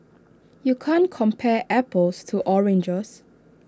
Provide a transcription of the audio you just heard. you can't compare apples to oranges